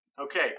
Okay